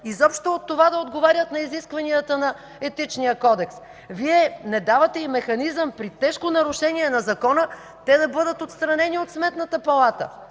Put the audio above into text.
изобщо от това да отговарят на изискванията на Етичния кодекс. Вие не давате и механизъм при тежко нарушение на Закона те да бъдат отстранени от Сметната палата.